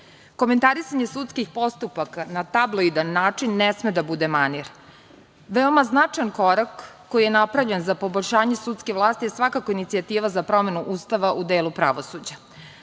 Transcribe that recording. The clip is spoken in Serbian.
Komentarisanje sudskih postupaka na tabloidan način ne sme da bude manir. Veoma značajan korak koji je napravljen za poboljšanje sudske vlasti je svakako inicijativa za promenu Ustava u delu pravosuđa.